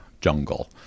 jungle